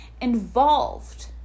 involved